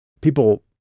People